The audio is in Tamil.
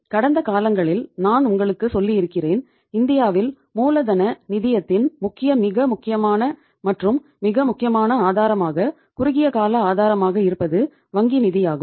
கடந்த காலங்களில் நான் உங்களுக்குச் சொல்லியிருக்கிறேன் இந்தியாவில் மூலதன நிதியத்தின் முக்கிய மிக முக்கியமான மற்றும் மிக முக்கியமான ஆதாரமாக குறுகிய கால ஆதாரமாக இருப்பது வங்கி நிதியாகும்